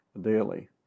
daily